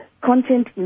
content